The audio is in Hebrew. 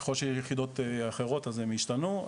ככל שיהיה יחידות אחרות, אז הם ישתנו.